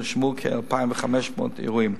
ונרשמו כ-2,500 אירועים.